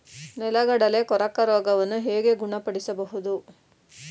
ನೆಲಗಡಲೆ ಕೊರಕ ರೋಗವನ್ನು ಹೇಗೆ ಗುಣಪಡಿಸಬಹುದು?